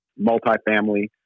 multifamily